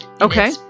Okay